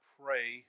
pray